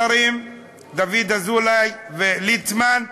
השרים דוד אזולאי וליצמן,